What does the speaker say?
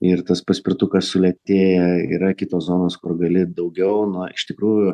ir tas paspirtukas sulėtėja yra kitos zonos kur gali daugiau na iš tikrųjų